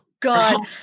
God